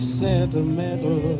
sentimental